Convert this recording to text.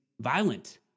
violent